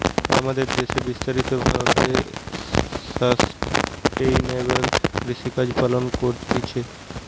আমাদের দ্যাশে বিস্তারিত ভাবে সাস্টেইনেবল কৃষিকাজ পালন করতিছে